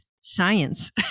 science